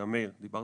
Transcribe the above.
וגם מאיר שפיגלר